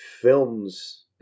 films